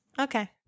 Okay